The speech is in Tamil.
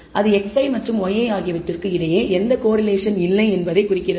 அது xi மற்றும் yi ஆகியவற்றுக்கு இடையே எந்த கோரிலேஷன் இல்லை என்பதைக் குறிக்கிறது